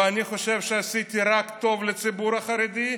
ואני חושב שעשיתי רק טוב לציבור החרדי.